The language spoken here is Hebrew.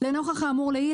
"לנוכח האמור לעיל,